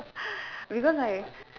because I